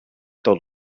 tot